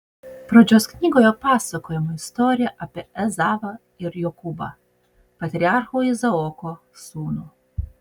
pradžios knygoje pasakojama istorija apie ezavą ir jokūbą patriarcho izaoko sūnų